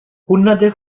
hunderte